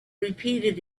repeated